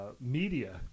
media